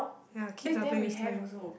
ya kids are playing with slime